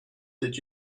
did